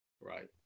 Right